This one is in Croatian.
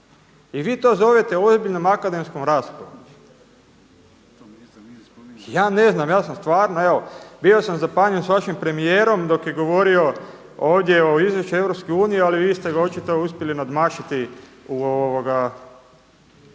I vi to zovete ozbiljnom akademskom raspravom? Ja ne znam, ja sam stvarno evo. Bio sam zapanjen sa vašim premijerom dok je govorio ovdje o izvješću EU, ali vi ste ga očito uspjeli nadmašiti u jalovoj